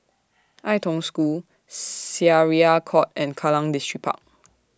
Ai Tong School Syariah Court and Kallang Distripark